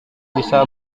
bisa